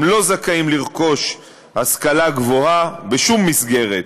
הם לא זכאים לרכוש השכלה גבוהה בשום מסגרת: